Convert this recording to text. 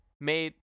made